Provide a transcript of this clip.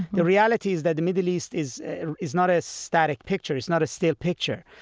the reality is that the middle east is is not a static picture. it's not a still picture.